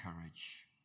courage